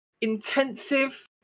Intensive